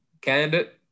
candidate